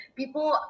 people